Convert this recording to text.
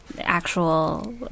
actual